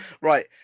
Right